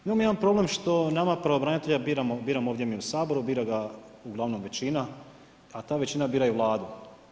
Imamo jedan problem što nama pravobranitelja biramo mi u Saboru, bira ga uglavnom većina, a ta većina bira i Vladu.